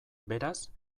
beraz